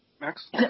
Max